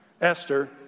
Esther